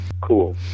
Cool